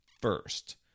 First